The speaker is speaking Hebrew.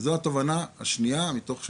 וזו התובנה השנייה מתוך שלוש.